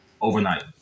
overnight